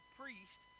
priest